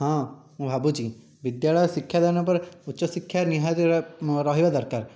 ହଁ ମୁଁ ଭାବୁଛି ବିଦ୍ୟାଳୟ ଶିକ୍ଷାଦାନ ପରେ ଉଚ୍ଚ ଶିକ୍ଷା ନିହାତି ରହିବା ଦରକାର